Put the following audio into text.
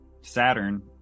Saturn